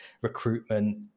recruitment